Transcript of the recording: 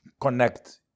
connect